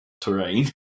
terrain